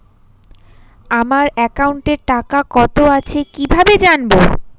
আমার একাউন্টে টাকা কত আছে কি ভাবে জানবো?